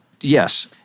yes